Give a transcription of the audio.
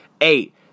eight